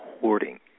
hoarding